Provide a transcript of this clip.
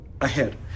ahead